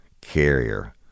Carrier